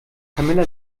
camilla